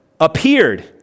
appeared